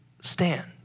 stand